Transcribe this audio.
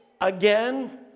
again